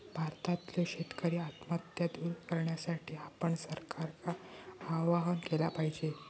भारतातल्यो शेतकरी आत्महत्या दूर करण्यासाठी आपण सरकारका आवाहन केला पाहिजे